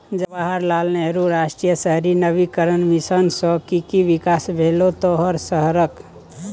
जवाहर लाल नेहरू राष्ट्रीय शहरी नवीकरण मिशन सँ कि कि बिकास भेलौ तोहर शहरक?